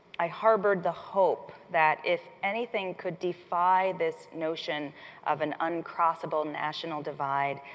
i harbored the hope that if anything could defy this notion of an uncrossable national divide,